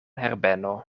herbeno